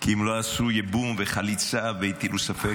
כי הם לא עשו ייבום וחליצה, והטילו ספק.